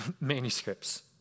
manuscripts